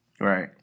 Right